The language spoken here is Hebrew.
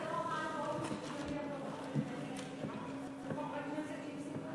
למה זה לא חל באופן, על כל חברי הכנסת?